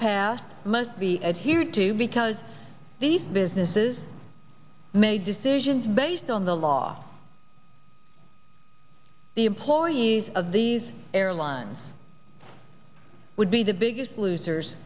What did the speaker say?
passed asked must be adhered to because these businesses made decisions based on the law the employees of these airlines would be the biggest losers